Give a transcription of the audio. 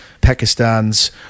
pakistan's